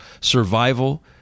Survival